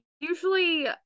usually